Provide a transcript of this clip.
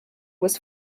was